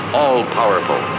all-powerful